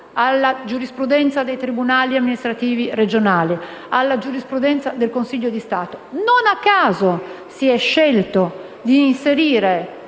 alla giurisprudenza dei tribunali amministrativi regionali, alla giurisprudenza del Consiglio di Stato. Non a caso si è scelto di inserire